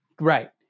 Right